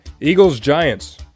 Eagles-Giants